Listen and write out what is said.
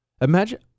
Imagine